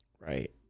right